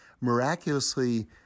miraculously